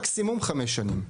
לוקח מקסימום חמש שנים.